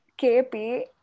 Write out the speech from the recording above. KP